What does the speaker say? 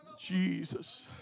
Jesus